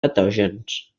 patògens